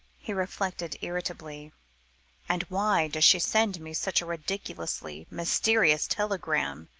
he reflected irritably and why does she send me such a ridiculously mysterious telegram?